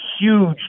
huge